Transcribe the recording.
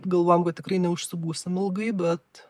galvojom kad tikrai neužsibūsim ilgai bet